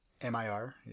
M-I-R